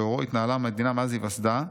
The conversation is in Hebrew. שלאורו התנהלה המדינה מאז היווסדה,